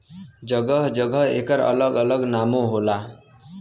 जगह जगह एकर अलग अलग नामो होला